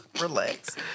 Relax